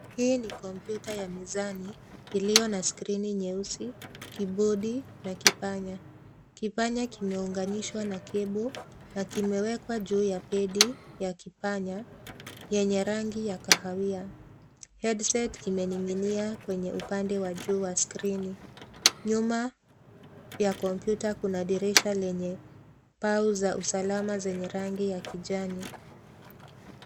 Hii ni kompyuta ya mizani iliyo na skrini nyeusi, kibodi na kipanya. Kipanya kimeunganishwa na kebo na kimewekwa juu ya pedi ya kipanya yenye rangi ya kahawia. Headset imening'inia kwenye upande wa juu wa skrini . Nyuma ya kompyuta kuna dirisha lenye pao za usalama zenye rangi ya kijani.